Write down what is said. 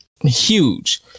huge